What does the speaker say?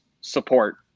support